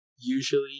Usually